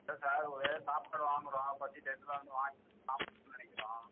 இல்லை சார் ஒரு சாப்பாடு வாங்குகிறோம் பசி டையத்தில் வந்து வாங்கி சாப்பிட்ணுன்னு நினைக்கிறோம்